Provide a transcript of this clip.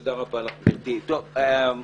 תודה רבה לך גברתי היושבת ראש.